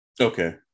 Okay